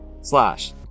slash